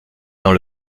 dans